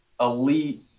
elite